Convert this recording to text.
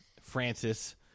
Francis